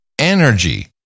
Energy